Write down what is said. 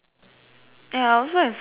ah ya I also have some cards